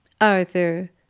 Arthur